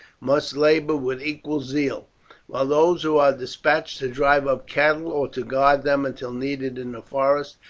must labour with equal zeal while those who are despatched to drive up cattle, or to guard them until needed in the forest,